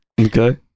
okay